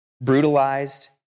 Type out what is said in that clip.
brutalized